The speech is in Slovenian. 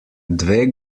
dve